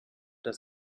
das